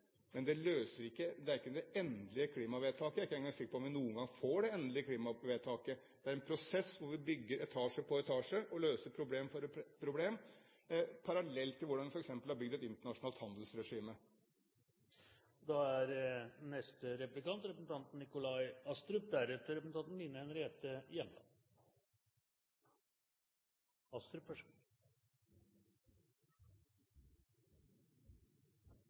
ikke er det endelige klimavedtaket. Jeg er ikke engang sikker på om vi noen gang får det endelige klimavedtaket. Det er en prosess hvor vi bygger etasje på etasje og løser problem for problem, parallelt til hvordan vi f.eks. har bygd et internasjonalt